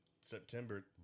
September